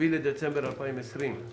7 בדצמבר 2020,